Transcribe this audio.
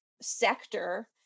sector